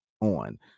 On